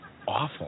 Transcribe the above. awful